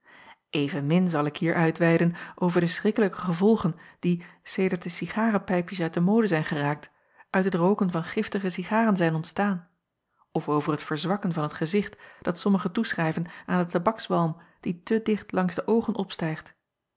venmin zal ik hier uitweiden over de schrikkelijke gevolgen die sedert de cigarepijpjes uit de mode zijn geraakt uit het rooken van giftige cigaren zijn ontstaan of over het verzwakken van t gezicht dat sommigen toeschrijven aan den tabakswalm die te dicht langs de oogen opstijgt